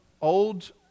old